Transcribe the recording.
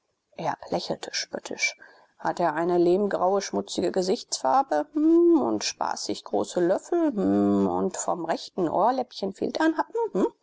erb lächelte spöttisch hat er eine lehmgraue schmutzige gesichtsfarbe hm und spaßig große löffel hm und vom rechten ohrläppchen fehlt ein